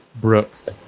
Brooks